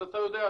אז אתה יודע,